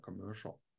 commercial